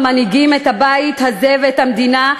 המנהיגים את הבית הזה ואת המדינה,